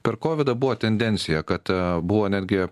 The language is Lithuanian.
per kovidą buvo tendencija kad buvo netgi